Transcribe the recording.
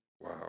wow